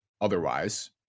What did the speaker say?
otherwise